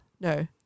No